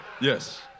Yes